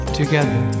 together